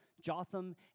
Jotham